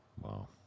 Wow